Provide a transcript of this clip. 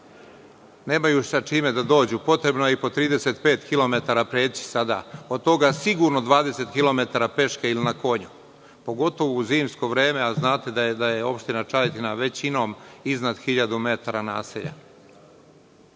Nemaju sa čime da dođu. Potrebno je i po 35 kilometara preći sada, od toga sigurno 20 kilometara peške ili na konju, pogotovo u zimsko vreme, a znate da je Opština Čajetina većinom iznad hiljadu metara naselja. Na